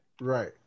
right